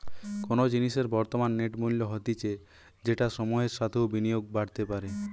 কোনো জিনিসের বর্তমান নেট মূল্য হতিছে যেটা সময়ের সাথেও বিনিয়োগে বাড়তে পারে